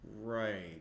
Right